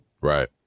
right